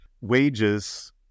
Wages